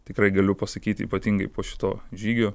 tikrai galiu pasakyti ypatingai po šito žygio